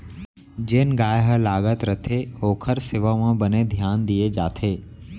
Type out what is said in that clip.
जेन गाय हर लागत रथे ओकर सेवा म बने धियान दिये जाथे